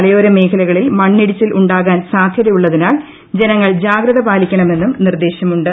മലയോര മേഖകളിൽ മണ്ണിടിച്ചിലുണ്ടാകാൻ സാധ്യത്രിയുള്ളതിനാൽ ജനങ്ങൾ ജാഗ്രത പാലിക്കണമെന്നും നിർദ്ദേശമുണ്ട്